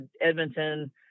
edmonton